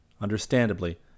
Understandably